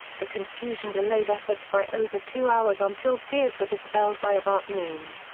the confusion delayed efforts by over two hours until fears were dispelled by about noon.